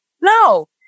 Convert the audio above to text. no